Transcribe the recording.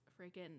freaking